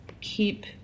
keep